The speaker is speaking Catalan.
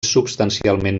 substancialment